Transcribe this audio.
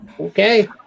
okay